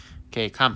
K come